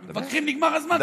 מתווכחים, נגמר הזמן.